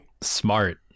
Smart